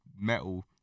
metal